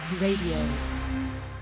Radio